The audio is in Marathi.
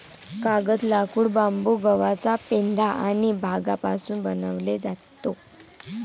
कागद, लाकूड, बांबू, गव्हाचा पेंढा आणि भांगापासून बनवले जातो